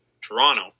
Toronto